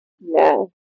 No